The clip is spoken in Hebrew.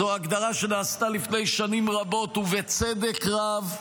זאת הגדרה שנעשתה לפני שנים רבות, ובצדק רב,